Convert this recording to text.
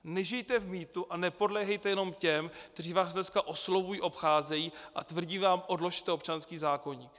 Nežijte v mýtu a nepodléhejte jenom těm, kteří vás dneska oslovují, obcházejí a tvrdí vám: odložte občanský zákoník.